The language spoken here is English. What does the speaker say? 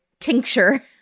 tincture